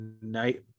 night